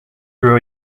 grew